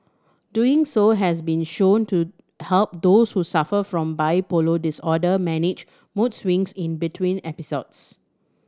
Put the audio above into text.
doing so has been shown to help those who suffer from bipolar disorder manage mood swings in between episodes